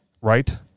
right